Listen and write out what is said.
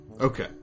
Okay